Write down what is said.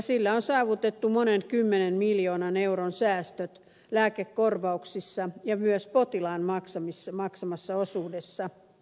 sillä on saavutettu monen kymmenen miljoonan euron säästöt lääkekorvauksissa ja myös potilaan maksamassa osuudessa